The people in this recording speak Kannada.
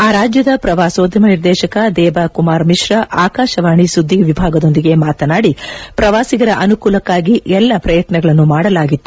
ಆ ರಾಜ್ಯದ ಪ್ರವಾಸೋದ್ಯಮ ನಿರ್ದೇಶಕ ದೇಬ ಕುಮಾರ್ ಮಿಶ್ರಾ ಆಕಾಶವಾಣಿ ಸುಧ್ಯವಿಭಾಗದೊಂದಿಗೆ ಮಾತನಾಡಿ ಪ್ರವಾಸಿಗರ ಅನುಕೂಲಕ್ಕಾಗಿ ಎಲ್ಲ ಪ್ರಯತ್ನಗಳನ್ನು ಮಾಡಲಾಗಿತ್ತು